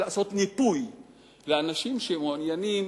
לעשות ניפוי לאנשים שמעוניינים,